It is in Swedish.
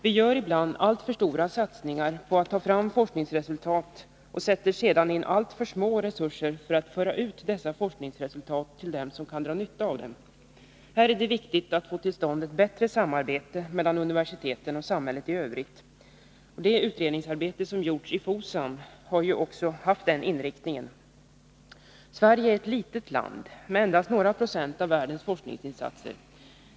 Vi gör ibland alltför stora satsningar på att ta fram forskningsresultat och sätter sedan in alltför små resurser för att föra ut dessa forskningsresultat till dem som kan dra nytta av dem. Här är det viktigt att få till stånd ett bättre samarbete mellan universiteten och samhället i övrigt. Det utredningsarbete som gjorts i FOSAM har ju också haft den inriktningen. Sverige är ett litet land med endast några procent av världens forskningsinsatser.